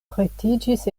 pretiĝis